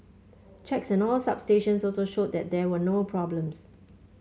checks on all substations also showed that there were no problems